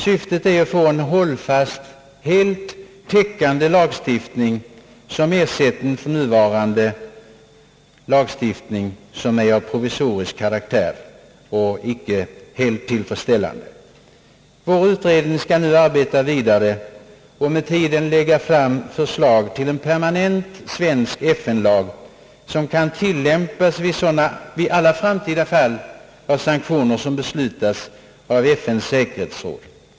Syftet är att få en hållfast, helt täckande lagstiftning som ersättning för nuvarande otillräckliga lagstiftning, vil ken är av provisorisk karaktär och inte helt tillfredsställande. Vår utredning skall nu arbeta vidare och med tiden lägga fram förslag till en permanent svensk FN-lag, som kan tilllämpas vid alla framtida fall av sanktioner, vilka kan komma att beslutas av FN:s säkerhetsråd.